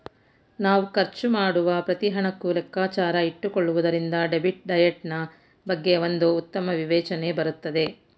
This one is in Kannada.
ನಾವ್ ಖರ್ಚು ಮಾಡುವ ಪ್ರತಿ ಹಣಕ್ಕೂ ಲೆಕ್ಕಾಚಾರ ಇಟ್ಟುಕೊಳ್ಳುವುದರಿಂದ ಡೆಬಿಟ್ ಡಯಟ್ ನಾ ಬಗ್ಗೆ ಒಂದು ಉತ್ತಮ ವಿವೇಚನೆ ಬರುತ್ತದೆ